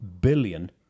billion